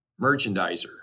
merchandiser